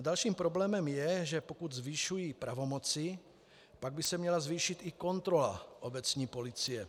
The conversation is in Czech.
Dalším problémem je, že pokud zvyšuji pravomoci, pak by se měla zvýšit i kontrola obecní policie.